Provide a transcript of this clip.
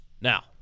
Now